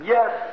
Yes